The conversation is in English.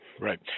Right